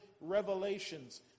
revelations